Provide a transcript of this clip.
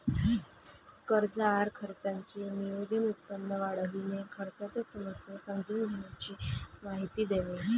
कर्ज आहार खर्चाचे नियोजन, उत्पन्न वाढविणे, खर्चाच्या समस्या समजून घेण्याची माहिती देणे